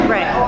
Right